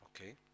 okay